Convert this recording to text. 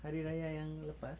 mmhmm